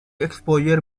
exposure